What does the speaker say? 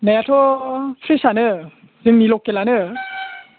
नायाथ' फ्रेसआनो जोंनि लकेलानो